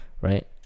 right